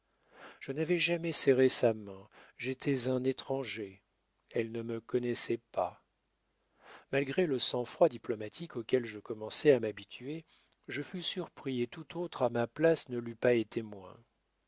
je n'avais jamais serré sa main j'étais un étranger elle ne me connaissait pas malgré le sang-froid diplomatique auquel je commençais à m'habituer je fus surpris et tout autre à ma place ne l'eût pas été moins